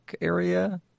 area